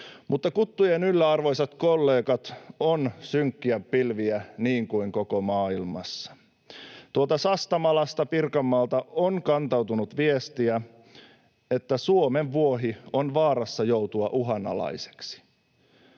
Mutta kuttujen yllä, arvoisat kollegat, on synkkiä pilviä niin kuin koko maailmassa. Tuolta Sastamalasta Pirkanmaalta on kantautunut viestiä, että suomenvuohi on vaarassa joutua uhanalaiseksi.